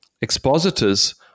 expositors